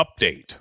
update